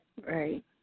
right